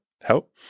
help